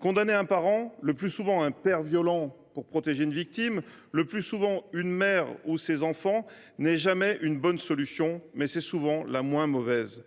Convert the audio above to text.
Condamner un parent – le plus souvent un père violent – pour protéger une victime – le plus souvent une mère ou ses enfants – n’est jamais une bonne solution, mais c’est souvent la moins mauvaise.